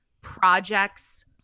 projects